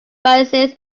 biases